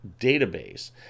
database